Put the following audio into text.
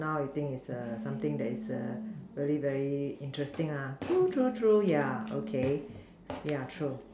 now I think is err something that is err very very interesting lah true true true yeah okay yeah true